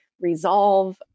resolve